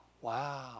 wow